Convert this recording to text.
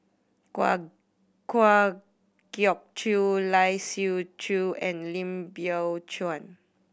Kwa Kwa Geok Choo Lai Siu Chiu and Lim Biow Chuan